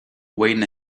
waiting